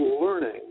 learning